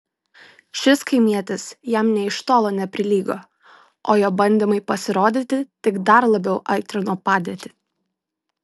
šis kaimietis jam nė iš tolo neprilygo o jo bandymai pasirodyti tik dar labiau aitrino padėtį